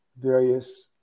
various